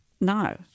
No